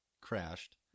crashed